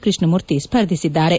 Krishnamurthy ಸ್ಪರ್ಧಿಸಿದ್ದಾರೆ